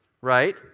Right